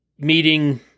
meeting